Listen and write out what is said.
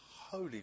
holy